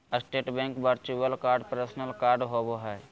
state bank virtual card personal card होबो हइ